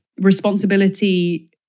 responsibility